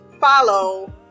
follow